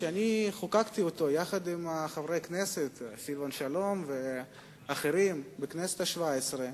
שאני חוקקתי אותו יחד עם חברי הכנסת סילבן שלום ואחרים בכנסת השבע-עשרה,